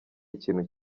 ikintu